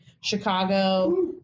Chicago